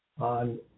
on